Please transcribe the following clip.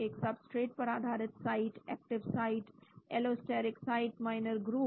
एक सबस्ट्रेट पर आधारित site active site allosteric site minor groove